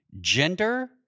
gender